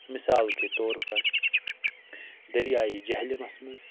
مِثال کے طور پر دٔریایہِ جہلِمس منٛز